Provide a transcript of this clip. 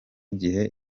gihe